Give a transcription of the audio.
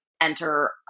enter